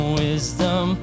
wisdom